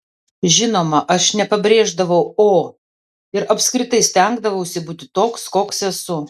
žinoma aš nepabrėždavau o ir apskritai stengdavausi būti toks koks esu